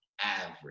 average